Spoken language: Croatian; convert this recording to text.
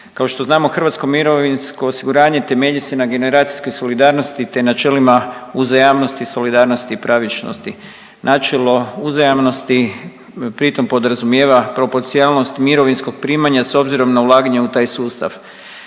Kao što znamo Hrvatsko mirovinsko osiguranje temelji se na generacijskoj solidarnosti, te načelima uzajamnosti i solidarnosti i pravičnosti. Načelo uzajamnosti pritom podrazumijeva proporcionalnost mirovinskog primanja s obzirom na ulaganja u taj sustav,